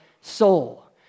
soul